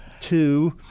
two